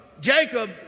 Jacob